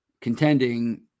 Contending